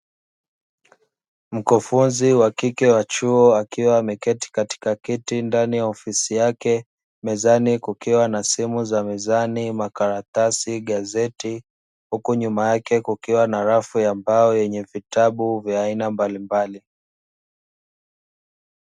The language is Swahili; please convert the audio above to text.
Mkufunzi wa kike wa chuo akiwa ameketi katika kiti ndani ya ofisi yake mezani kukiwa na simu za mezani, makaratasi, magazeti huku nyuma yake kukiwa na rafu ya mabo yenye vitabu vya aina mbalimbali.